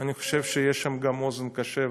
אני חושב שיש שם גם אוזן קשבת,